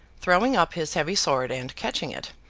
throwing up his heavy sword and catching it,